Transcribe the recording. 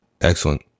Excellent